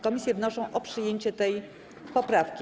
Komisje wnoszą o przyjęcie tej poprawki.